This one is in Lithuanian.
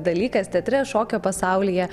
dalykas teatre šokio pasaulyje